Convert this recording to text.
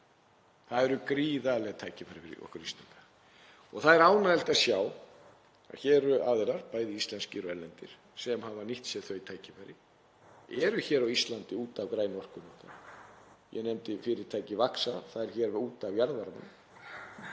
það eru gríðarleg tækifæri fyrir okkur Íslendinga. Það er ánægjulegt að sjá að hér eru aðilar, bæði íslenskir og erlendir, sem hafa nýtt sér þau tækifæri, eru hér á Íslandi út af grænu orkunni okkar. Ég nefndi fyrirtækið Vaxa, það er hér út af jarðvarma.